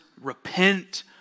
repent